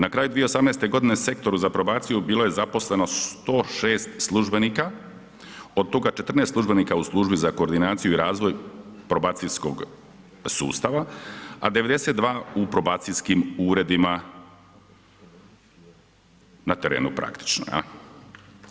Na kraju 2018. g. u Sektoru za probaciju bilo je zaposleno 106 službenika, od toga 14 službenika u Službi za koordinaciju i razvoj probacijskog sustava a 92 u probacijskim uredima na terenu praktično, jel.